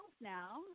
now